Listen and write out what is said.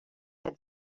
had